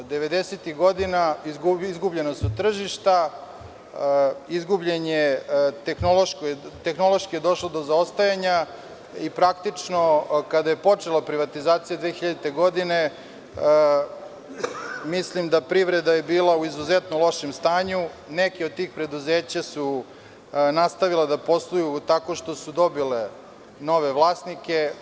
Devedesetih godina su izgubljena tržišta, tehnološki je došlo do zaostajanja i praktično kada je počela privatizacija 2000. godine mislim da je privreda bila u izuzetno lošem stanju, neka od tih preduzeća su nastavila da posluju tako što su dobila nove vlasnike.